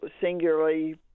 singularly